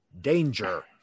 danger